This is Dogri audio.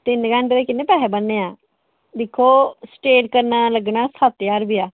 तिन घैंटे दे किन्ने पैसे बनने ऐ दिक्खो स्ट्रैट करने दा लग्गना सत्त ज्हार रपेया